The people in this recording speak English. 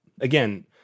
again